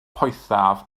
poethaf